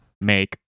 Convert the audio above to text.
make